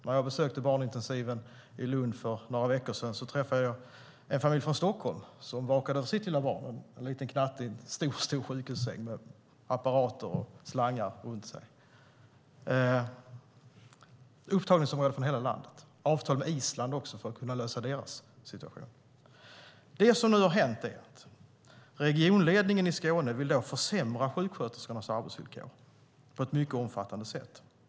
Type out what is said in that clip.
När jag besökte barnintensiven i Lund för några veckor sedan träffade jag en familj från Stockholm som vakade över sitt lilla barn. Det var en liten knatte i en stor sjukhussäng med apparater och slangar runt sig. Upptagningsområdet är hela landet, och man har även avtal med Island för att kunna lösa deras situation. Det som nu har hänt är att regionledningen i Skåne vill försämra sjuksköterskornas arbetsvillkor på ett mycket omfattande sätt.